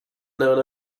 known